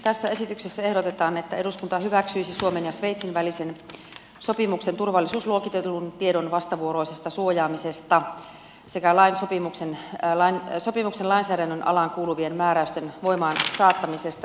tässä esityksessä ehdotetaan että eduskunta hyväksyisi suomen ja sveitsin välisen sopimuksen turvallisuusluokitellun tiedon vastavuoroisesta suojaamisesta sekä sopimuksen lainsäädännön alaan kuuluvien määräysten voimaansaattamisesta